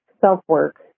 self-work